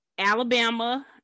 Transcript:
Alabama